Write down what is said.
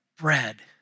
bread